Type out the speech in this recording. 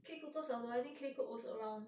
K cook 多少的 I think K cook also around